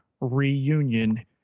Reunion